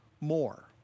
more